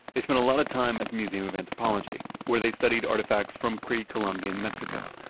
they spent a lot of time at the museum of anthropology, where they studied artifacts from pre-columbian mexico,